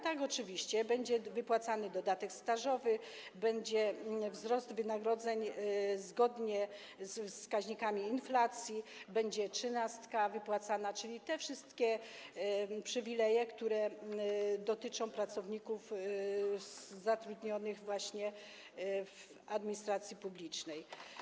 Tak, oczywiście, będzie wypłacany dodatek stażowy, będzie wzrost wynagrodzeń zgodnie ze wskaźnikami inflacji, będzie wypłacana trzynastka, czyli będą te wszystkie przywileje, które dotyczą pracowników zatrudnionych właśnie w administracji publicznej.